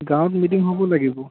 গাঁৱত মিটিং হ'ব লাগিব